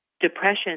depression